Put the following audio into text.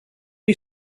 you